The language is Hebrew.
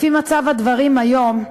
לפי מצב הדברים היום,